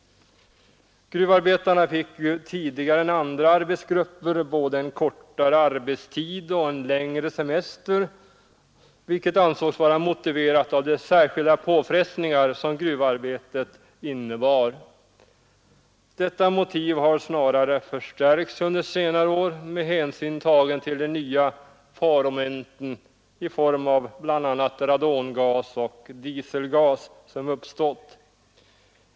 Gruvarbetarna fick tidigare än andra arbetsgrupper både kortare arbetstid och längre semster, vilket ansågs vara motiverat av de särskilda påfrestningar som gruvarbetet innebar. Detta motiv har under senare år snarast förstärkts med hänsyn tagen till de nya faromoment som uppstått i form av bl.a. radongas och dieselgas.